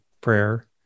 prayer